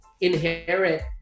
inherit